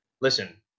listen